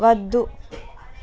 వద్దు